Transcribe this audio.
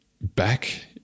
back